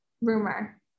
rumor